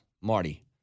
Marty